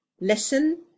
Listen